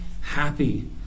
happy